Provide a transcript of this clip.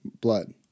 blood